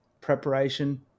preparation